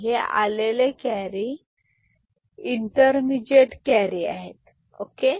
हे आलेले carry intermediate carry आहेत ओके